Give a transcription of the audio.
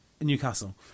Newcastle